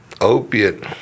opiate